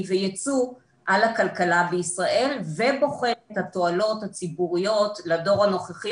ויצוא על הכלכלה בישראל ובוחן את התועלות הציבוריות לדור הנוכחי